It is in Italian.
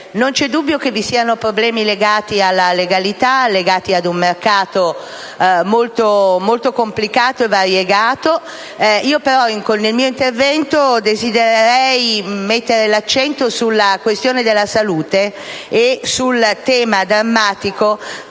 non vi è dubbio che vi siano problemi legati alla legalità e ad un mercato molto complicato e variegato. Tuttavia, con il mio intervento desidero mettere l'accento sulla questione della salute e sul tema drammatico